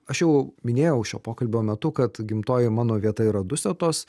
aš jau minėjau šio pokalbio metu kad gimtoji mano vieta yra dusetos